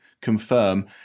confirm